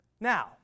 Now